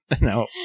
No